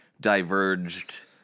diverged